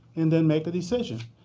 and then make a decision.